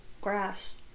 grass